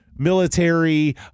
military